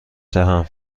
دهم